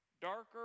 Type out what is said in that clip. darker